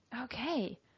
Okay